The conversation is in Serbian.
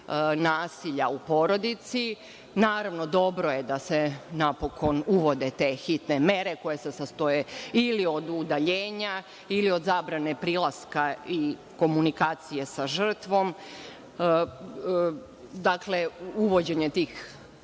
nasilja u porodici, naravno, dobro je da se napokon uvode te hitne mere koje se sastoje ili od udaljenja ili od zabrane prilaska i komunikacije sa žrtvom, uvođenje tih